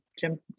jim